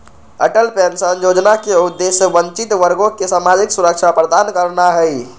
Atal pension जोजना के उद्देश्य वंचित वर्गों के सामाजिक सुरक्षा प्रदान करनाइ हइ